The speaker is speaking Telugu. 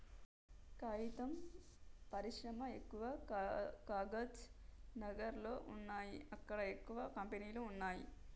కాగితం పరిశ్రమ ఎక్కవ కాగజ్ నగర్ లో వున్నాయి అక్కడ ఎక్కువ కంపెనీలు వున్నాయ్